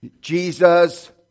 Jesus